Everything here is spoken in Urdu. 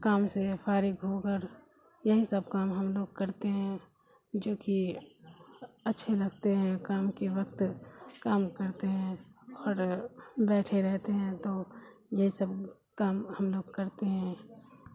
کام سے فارغ ہو کر یہی سب کام ہم لوگ کرتے ہیں جو کہ اچھے لگتے ہیں کام کے وقت کام کرتے ہیں اور بیٹھے رہتے ہیں تو یہی سب کام ہم لوگ کرتے ہیں